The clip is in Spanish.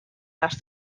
las